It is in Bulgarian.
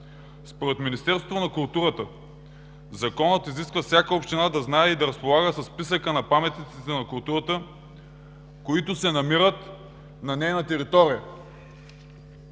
Според Министерството на културата Законът изисква всяка община да знае и да разполага със списъка на паметниците на културата, които се намират на нейна територия.